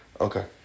Okay